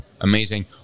Amazing